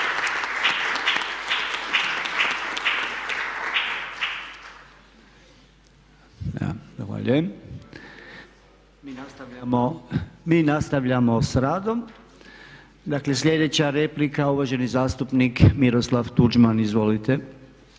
Zahvaljujem. Mi nastavljamo s radom. Dakle sljedeća replika, uvaženi zastupnik Miroslav Tuđman, izvolite.